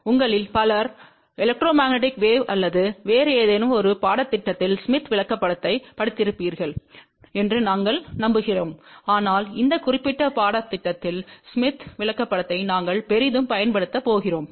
உங்களில் பலர் எலெக்ட்ரோமேக்னெட்டிக் வேவ்கள் அல்லது வேறு ஏதேனும் ஒரு பாடத்திட்டத்தில் ஸ்மித் விளக்கப்படத்தைப் படித்திருப்பார்கள் என்று நான் நம்புகிறேன் ஆனால் இந்த குறிப்பிட்ட பாடத்திட்டத்தில் ஸ்மித் விளக்கப்படத்தை நாங்கள் பெரிதும் பயன்படுத்தப் போகிறோம்